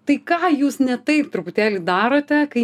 tai ką jūs ne taip truputėlį darote kai